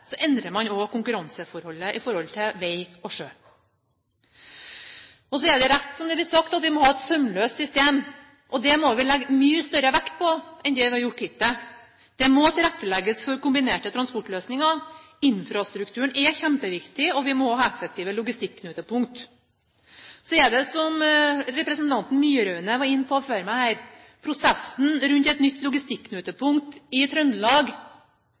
endrer man også konkurranseforholdet til vei og sjø. Så er det rett som det blir sagt, at vi må et sømløst system. Det må vi legge mye større vekt på enn vi har gjort hittil. Det må tilrettelegges for kombinerte transportløsninger, infrastrukturen er kjempeviktig, og vi må ha effektive logistikknutepunkt. Så er, som representanten Myraune var inne på før meg, prosessen rundt et nytt logistikknutepunkt i Trøndelag